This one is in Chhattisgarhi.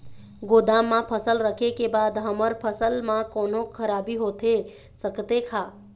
गोदाम मा फसल रखें के बाद हमर फसल मा कोन्हों खराबी होथे सकथे का?